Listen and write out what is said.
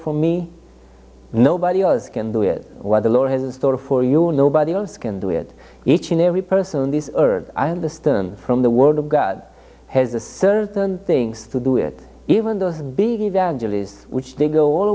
for me nobody else can do it or the lord has in store for you and nobody else can do it each and every person on this earth i understand from the word of god has a certain things to do with even those big evangelists which they go all